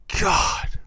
god